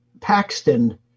Paxton